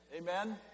Amen